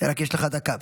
רק יש לך דקה.